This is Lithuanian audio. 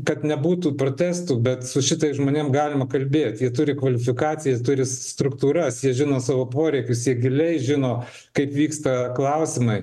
kad nebūtų protestų bet su šitais žmonėm galima kalbėt jie turi kvalifikaciją jie turi struktūras jie žino savo poreikius jie giliai žino kaip vyksta klausimai